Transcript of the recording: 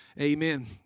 Amen